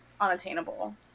unattainable